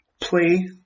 play